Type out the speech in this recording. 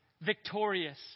victorious